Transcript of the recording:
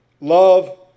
love